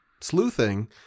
sleuthing